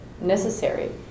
necessary